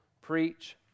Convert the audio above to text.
preach